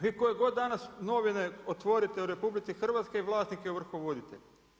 Vi koje god danas novine otvorite u RH vlasnik je ovrhovoditelj.